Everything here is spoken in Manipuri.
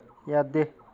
ꯌꯥꯗꯦ